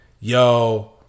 yo